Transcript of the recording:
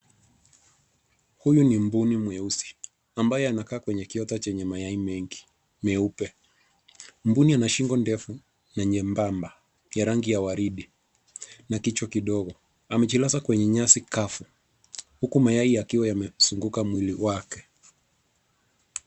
Huyu ni mbuni mweusi, ambaye anakaa kwenye kiota chenye mayai mengi mieupe. Mbuni ana shingo ndefu na nyembamba, ya rangi ya waridi na kichwa kidogo. Amejilaza kwenye nyasi kavu huku mayai yakiwa yamezunguka mwili wake.